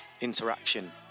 interaction